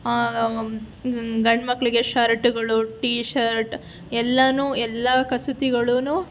ಗಂ ಗಂಡು ಮಕ್ಕಳಿಗೆ ಶರ್ಟ್ಗಳು ಟೀ ಶರ್ಟ್ ಎಲ್ಲ ಎಲ್ಲ ಕಸೂತಿಗಳು